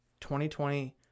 2020